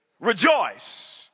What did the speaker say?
rejoice